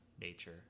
nature